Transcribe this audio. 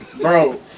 Bro